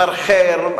מחרחר,